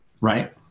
Right